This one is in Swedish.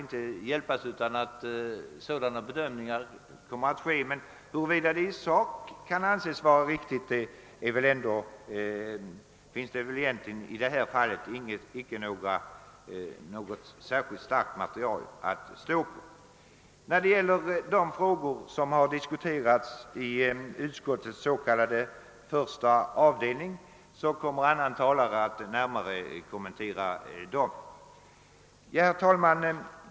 Att handläggningen i sak kan anses vara riktig finns det väl i detta fall ändå icke något särskilt starkt motiv att ifrågasätta. De frågor som har diskuterats i utskottets s.k. första avdelning kommer annan talare att närmare kommentera. Herr talman!